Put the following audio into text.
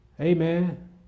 Amen